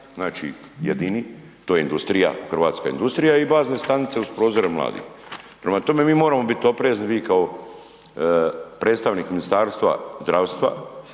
znači, jedini, to je industrija, hrvatska industrija i bazne stanice uz prozore mladih. Prema tome mi moramo biti oprezni, vi kao predstavnik Ministarstva zdravstva,